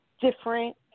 different